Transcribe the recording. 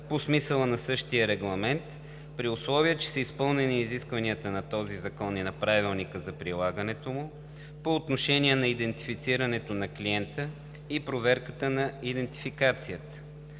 по смисъла на същия регламент, при условие че са изпълнени изискванията на този закон и на правилника за прилагането му по отношение на идентифицирането на клиента и проверката на идентификацията.“